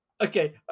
Okay